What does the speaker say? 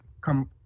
come